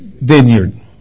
vineyard